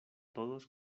todos